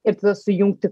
ir sujungti